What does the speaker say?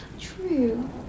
True